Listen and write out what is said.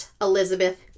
Elizabeth